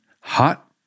hot